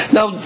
Now